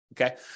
Okay